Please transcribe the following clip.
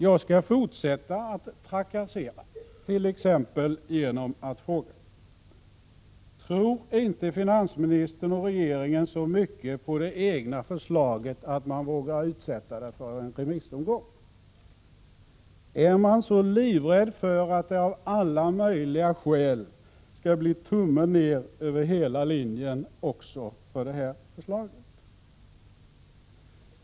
Jag skall fortsätta att trakassera, t.ex. genom att fråga: Tror inte finansministern och regeringen så mycket på det egna förslaget att man vågar utsätta det för en remissomgång? Är man så livrädd för att det av alla möjliga skäl skulle bli tummen ned över hela linjen också för det här förslaget?